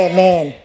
Amen